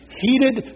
heated